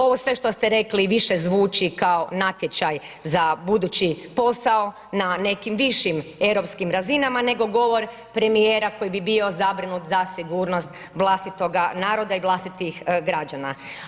Ovo sve što ste rekli više zvuči kao natječaj za budući posao na nekim višim europskim razinama nego govor premijera koji bi bio zabrinut za sigurnost vlastitoga naroda i vlastitih građana.